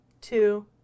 two